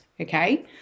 okay